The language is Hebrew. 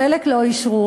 לחלק לא אישרו.